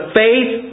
faith